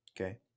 okay